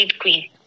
Queen